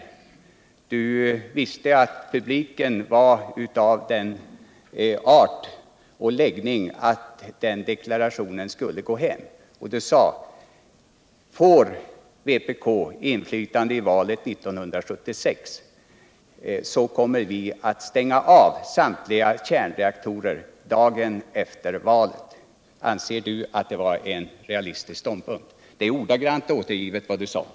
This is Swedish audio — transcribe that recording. Han visste att publiken varav den läggningen att deklarationen skulle gå hem, och han sade: Får vpk tillräckligt inflytande efter valet 1976, så kommer vi att stänga av samtliga kärnreaktorer dagen efter valet. Anser Jörn Svensson att det var en realistisk ståndpunkt? Jag har ordagrant återgett vad ni sade.